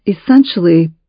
essentially